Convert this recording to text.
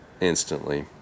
instantly